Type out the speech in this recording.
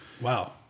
wow